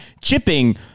Chipping